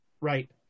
Right